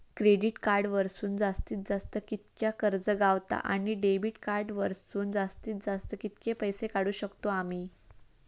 Credit card वरसून जास्तीत जास्त कितक्या कर्ज गावता, आणि डेबिट कार्ड वरसून जास्तीत जास्त कितके पैसे काढुक शकतू आम्ही?